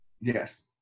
Yes